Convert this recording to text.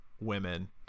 women